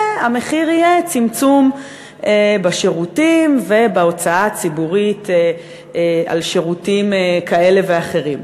והמחיר יהיה צמצום בשירותים ובהוצאה הציבורית על שירותים כאלה ואחרים.